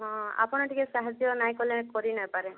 ହଁ ଆପଣ ଟିକେ ସାହାଯ୍ୟ ନାଇଁ କଲେ କରିନାଇ ପାରେ